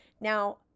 Now